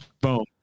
Boom